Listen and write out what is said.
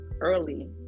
early